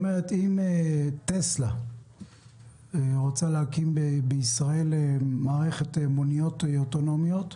אם טסלה רוצה להקים בישראל מערכת מוניות אוטונומיות,